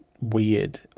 weird